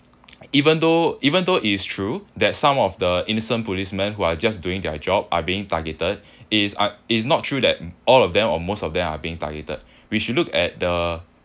even though even though it is true that some of the innocent policemen who are just doing their job are being targeted it is uh it is not true that all of them or most of them are being targeted we should look at the